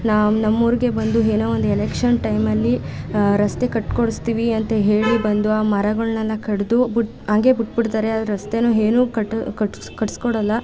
ನಾವು ನಮ್ಮ ಊರಿಗೆ ಬಂದು ಏನೋ ಒಂದು ಎಲೆಕ್ಷನ್ ಟೈಮಲ್ಲಿ ರಸ್ತೆ ಕಟ್ಕೊಡಿಸ್ತೀವಿ ಅಂತ ಹೇಳಿ ಬಂದು ಆ ಮರಗಳನ್ನೆಲ್ಲ ಕಡಿದು ಬಿಟ್ಟು ಹಂಗೆ ಬಿಟ್ಬಿಡ್ತಾರೆ ಆ ರಸ್ತೆನ ಏನು ಕಟ್ಟಿ ಕಟ್ಸಿ ಕಟ್ಸ್ಕೊಡೋಲ್ಲ